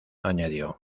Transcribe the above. añadió